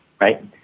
right